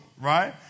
right